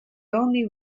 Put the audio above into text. only